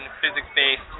physics-based